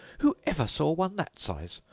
who ever saw one that size?